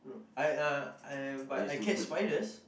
I uh I but I catch spiders